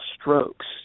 strokes